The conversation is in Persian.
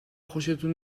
خوشتون